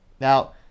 Now